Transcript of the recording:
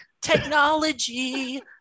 technology